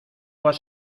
vas